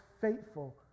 faithful